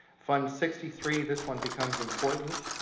fund sixty three, this one becomes important.